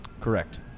Correct